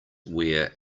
where